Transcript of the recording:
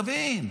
תבין.